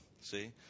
See